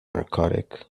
narcotic